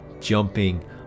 jumping